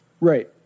Right